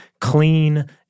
clean